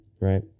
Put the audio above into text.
Right